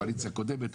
קואליציה קודמת,